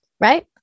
Right